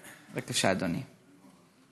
בבקשה, אדוני.